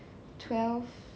twelve